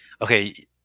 okay